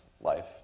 life